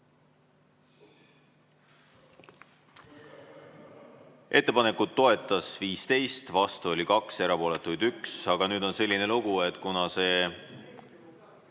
Ettepanekut toetas 15, vastu oli 2, erapooletuid 1. Aga nüüd on selline lugu, et kuna see ...